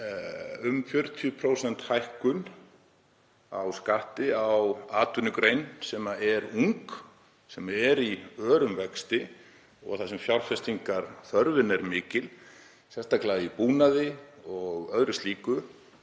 um 40% hækkun á skatti á atvinnugrein sem er ung, sem er í örum vexti og þar sem fjárfestingarþörfin er mikil, sérstaklega í búnaði og öðru slíku